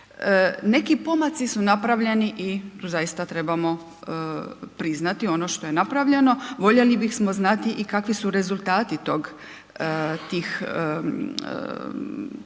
Neki pomaci su napravljeni i tu zaista trebamo priznati ono što je napravljeno, voljeli bi smo znati i kakvi su rezultati tih